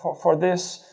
for this,